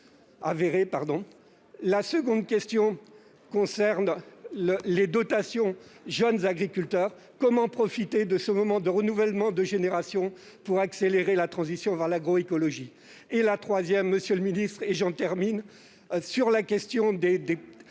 en ce qui concerne les dotations jeunes agriculteurs, comment profiter de ce moment de renouvellement des générations pour accélérer la transition vers l'agroécologie ?